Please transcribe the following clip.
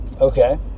Okay